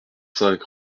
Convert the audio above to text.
cinq